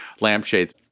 lampshades